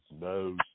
no